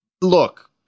look